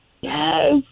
yes